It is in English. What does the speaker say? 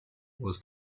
was